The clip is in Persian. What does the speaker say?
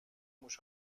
موش